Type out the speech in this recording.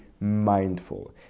mindful